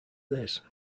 this